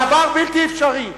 הדבר בלתי אפשרי.